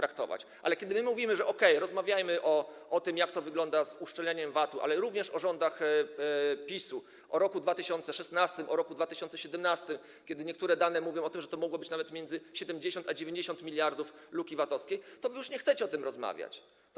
Ale kiedy my mówimy: okej, rozmawiajmy o tym, jak to wygląda z uszczelnianiem VAT-u, ale również o rządach PiS-u, o roku 2016, o roku 2017, kiedy niektóre dane mówią o tym, że to mogło być nawet między 70 a 90 mld luki VAT-owskiej, to o tym już nie chcecie rozmawiać.